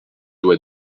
dos